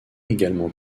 également